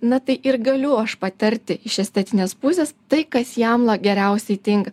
na tai ir galiu aš patarti iš estetinės pusės tai kas jam geriausiai tinka